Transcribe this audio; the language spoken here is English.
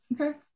Okay